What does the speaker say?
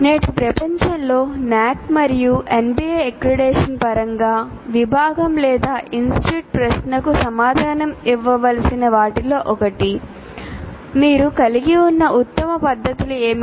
నేటి ప్రపంచంలో NAAC మరియు NBA అక్రిడిటేషన్ పరంగా విభాగం లేదా ఇన్స్టిట్యూట్ ప్రశ్నకు సమాధానం ఇవ్వవలసిన వాటిలో ఒకటి మీరు కలిగి ఉన్న ఉత్తమ పద్ధతులు ఏమిటి